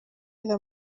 the